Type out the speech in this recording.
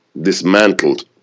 dismantled